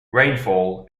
rainfall